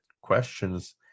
questions